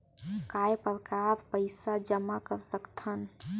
काय प्रकार पईसा जमा कर सकथव?